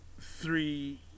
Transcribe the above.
three